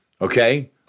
okay